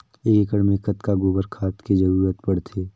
एक एकड़ मे कतका गोबर खाद के जरूरत पड़थे?